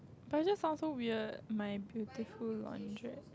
but just sound so weird my beautiful laundry